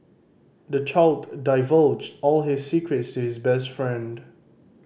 the child divulged all his secrets to his best friend